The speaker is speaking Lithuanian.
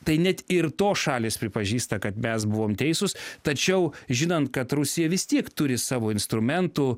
tai net ir tos šalys pripažįsta kad mes buvom teisūs tačiau žinant kad rusija vis tiek turi savo instrumentų